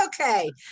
okay